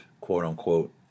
quote-unquote